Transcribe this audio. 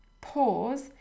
pause